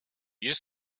used